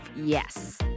Yes